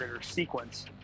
sequence